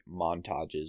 montages